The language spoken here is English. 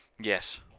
Yes